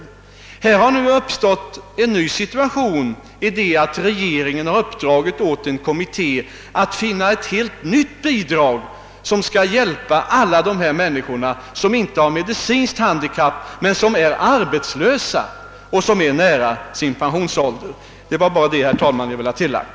Härvidlag har nu uppstått en ny situation i det att regeringen har uppdragit åt en kommitté att finna på ett helt nytt bidrag som skall hjälpa alla dessa människor som inte har medicinskt handikapp men som är arbetslösa och som närmar sig pensionsåldern. Det var bara det, herr talman, jag ville ha tillagt.